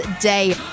day